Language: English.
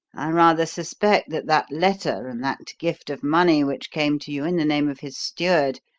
i rather suspect that that letter and that gift of money which came to you in the name of his steward,